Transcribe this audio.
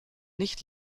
nicht